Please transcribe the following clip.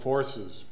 Forces